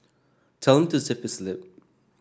tell him to zip his lip